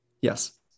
Yes